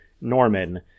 Norman